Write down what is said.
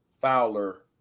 Fowler